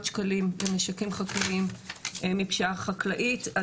שקלים למשקים חקלאיים מפשיעה חקלאית.